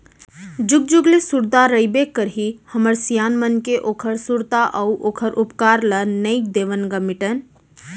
जुग जुग ले सुरता रहिबे करही हमर सियान मन के ओखर सुरता अउ ओखर उपकार ल नइ देवन ग मिटन